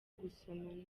gusomana